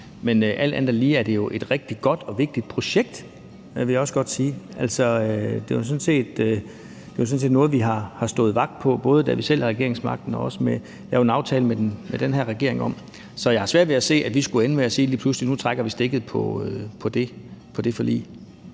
Men alt andet lige er det jo et rigtig godt og vigtigt projekt, vil jeg også godt sige. Altså, det er jo sådan set noget, vi har stået vagt om, da vi selv havde regeringsmagten, og som vi også har lavet en aftale med den her regering om, så jeg har svært ved at se, at vi skulle ende med lige pludselig at sige, at nu trækker vi stikket på det forlig.